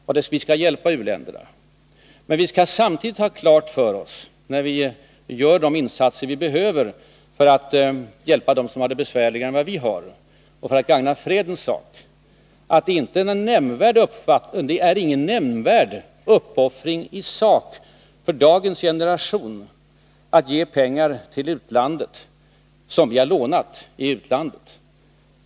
Och vi skall hjälpa u-länderna, men vi skall samtidigt ha klart för oss — när vi gör de insatser som behövs för att hjälpa dem som har det besvärligare än vad vi har och för att gagna fredens sak — att det inte är någon nämnvärd uppoffring i sak för dagens generation att ge pengar till utlandet som vi har lånat i utlandet.